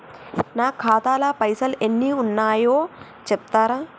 నా ఖాతా లా పైసల్ ఎన్ని ఉన్నాయో చెప్తరా?